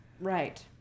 right